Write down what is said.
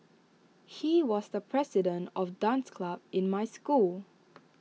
he was the president of dance club in my school